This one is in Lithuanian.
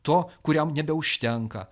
to kuriam nebeužtenka